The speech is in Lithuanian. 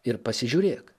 ir pasižiūrėk